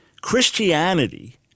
Christianity